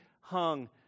hung